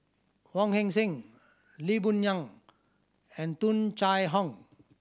Wong Heck Sing Lee Boon Ngan and Tung Chye Hong